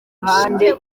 bushingiye